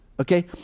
Okay